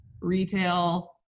retail